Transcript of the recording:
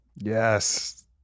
yes